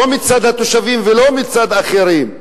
לא מצד התושבים ולא מצד אחרים.